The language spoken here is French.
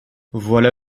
voilà